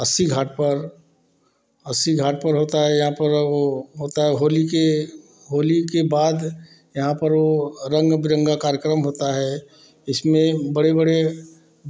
अस्सी घाट पर अस्सी घाट पर होता है यहाँ पर वह होता है होली के होली के बाद यहाँ पर वह रंग बिरंगा कार्यक्रम होता है इसमें बड़े बड़े